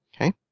Okay